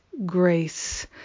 grace